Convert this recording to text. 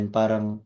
parang